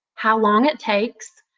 how long it takes,